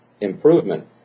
improvement